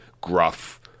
gruff